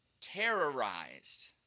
terrorized